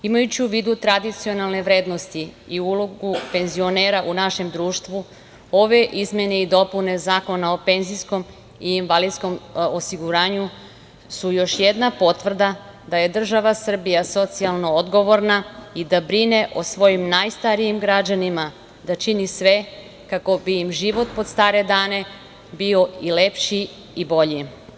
Imajući u vidu tradicionalne vrednosti i ulogu penzionera u našem društvu, ove izmene i dopune Zakona o PIO su još jedna potvrda da je država Srbija socijalno odgovorna i da brine o svojim najstarijim građanima, da čini sve kako bi im život pod stare dane bio i lepši i bolji.